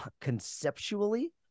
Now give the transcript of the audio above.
conceptually